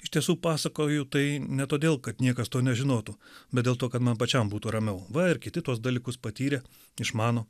iš tiesų pasakoju tai ne todėl kad niekas to nežinotų bet dėl to kad man pačiam būtų ramiau va ir kiti tuos dalykus patyrė išmano